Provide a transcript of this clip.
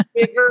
river